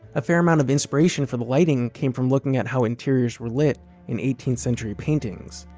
a fair amount of inspiration for the lighting came from looking at how interiors were lit in eighteenth century paintings,